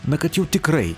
na kad jau tikrai